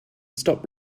stop